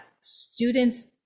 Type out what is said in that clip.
students